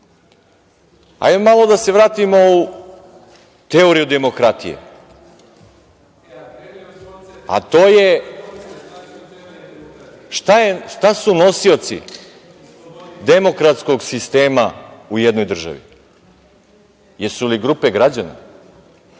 malo da se vratimo u teoriju demokratije, a to je - šta su nosioci demokratskog sistema u jednoj državi? Jesu li grupe građana?